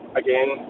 again